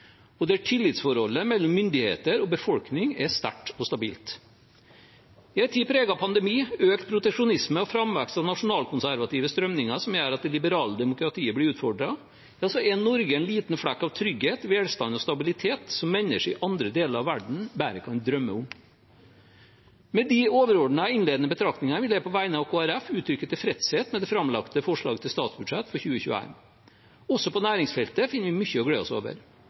og der tillitsforholdet mellom myndigheter og befolkning er sterkt og stabilt. I en tid preget av pandemi, økt proteksjonisme og framvekst av nasjonalkonservative strømninger som gjør at det liberale demokratiet blir utfordret, er Norge en liten flekk av trygghet, velstand og stabilitet som mennesker i andre deler av verden bare kan drømme om. Med de overordnede innledende betraktningene vil jeg på vegne av Kristelig Folkeparti uttrykke tilfredshet med det framlagte forslaget til statsbudsjett for 2021. Også på næringsfeltet finner vi mye å glede oss over.